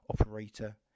operator